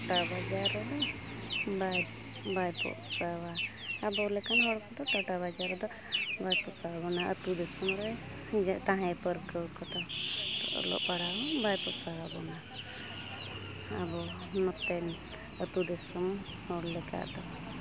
ᱴᱟᱴᱟ ᱵᱟᱡᱟᱨ ᱨᱮᱦᱚᱸ ᱵᱟᱭ ᱵᱟᱭ ᱯᱚᱜ ᱥᱟᱣᱟ ᱟᱵᱚ ᱞᱮᱠᱟᱱ ᱦᱚᱲ ᱠᱚᱫᱚ ᱴᱟᱴᱟ ᱵᱟᱡᱟᱨ ᱨᱮᱫᱚ ᱵᱟᱭ ᱯᱚᱥᱟᱣ ᱵᱚᱱᱟ ᱟᱛᱳ ᱫᱤᱥᱚᱢ ᱨᱮ ᱡᱮ ᱛᱟᱦᱮᱸ ᱯᱟᱹᱨᱠᱟᱹᱣ ᱠᱚᱫᱚ ᱚᱞᱚᱜ ᱯᱟᱲᱦᱟᱣ ᱦᱚᱸ ᱵᱟᱭ ᱯᱚᱥᱟᱣ ᱟᱵᱚᱱᱟ ᱟᱵᱚ ᱱᱚᱛᱮᱱ ᱟᱛᱳ ᱫᱤᱥᱚᱢ ᱦᱚᱲ ᱞᱮᱠᱟ ᱫᱚ